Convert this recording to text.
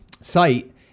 site